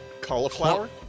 cauliflower